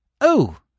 Oh